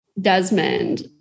Desmond